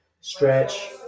stretch